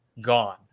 gone